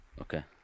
Okay